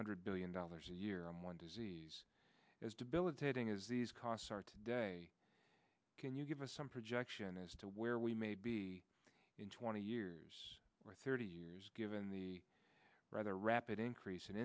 hundred billion dollars a year on one disease as debilitating as these costs are today can you give us some projection as to where we may be in twenty years or thirty years given the rather rapid increase in